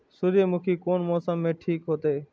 सूर्यमुखी कोन मौसम में ठीक होते?